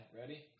Ready